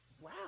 wow